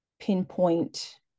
pinpoint